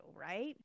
right